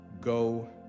Go